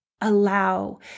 allow